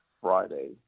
Friday